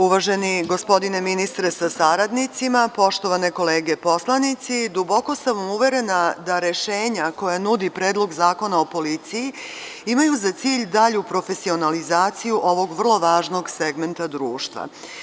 Uvaženi gospodine ministre sa saradnicima, poštovane kolege poslanici, duboko sam uverena da rešenja koja nudi Predlog zakona o policiji imaju za cilj dalju profesionalizaciju ovog vrlo važnog segmenta društva.